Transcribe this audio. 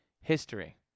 history